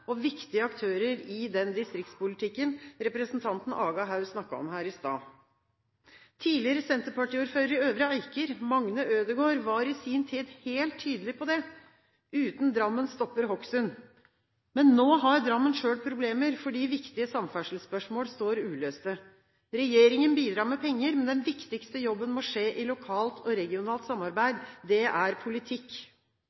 og viktige aktører i den distriktspolitikken representanten Aga Haug snakket om her i stad. Tidligere senterpartiordfører i Øvre Eiker Magne Ødegård var i sin tid helt tydelig på det: «Uten Drammen stopper Hokksund.» Nå har Drammen selv problemer, fordi viktige samferdselsspørsmål står uløst. Regjeringen bidrar med penger, men den viktigste jobben må skje i lokalt og regionalt samarbeid.